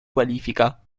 qualifica